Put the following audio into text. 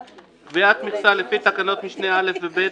" קביעת מכסה לפי תקנות משנה (א) ו-(ב)